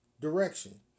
direction